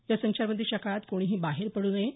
या संचारबंदीच्या काळात कोणीही बाहेर पडू नये